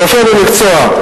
רופא במקצועו.